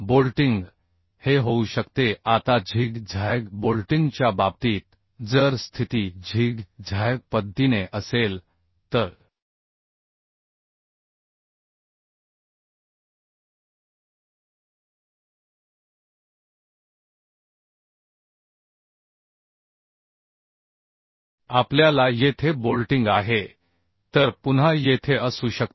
bolting हे होऊ शकते आता झिग झॅग बोल्टिंगच्या बाबतीत जर स्थिती झिग झॅग पद्धतीने असेल तर आपल्या ला येथे बोल्टिंग आहे तर पुन्हा येथे असू शकते